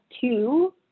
two